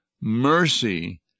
mercy